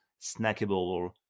snackable